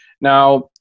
Now